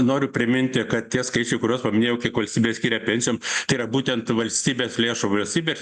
noriu priminti kad tie skaičiai kuriuos paminėjau kiek valstybė skiria pensijom tai yra būtent valstybės lėšų valstybės